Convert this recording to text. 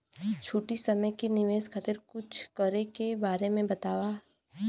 छोटी समय के निवेश खातिर कुछ करे के बारे मे बताव?